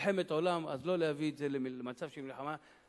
מלחמת עולם, אז לא להביא את זה למצב של מלחמה.